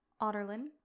Otterlin